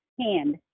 hand